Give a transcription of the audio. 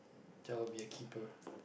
that would be a keeper